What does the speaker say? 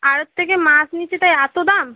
আড়ত থেকে মাছ নিচ্ছি তার এতো দাম